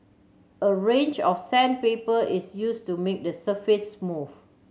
a range of sandpaper is use to make the surface